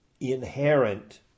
inherent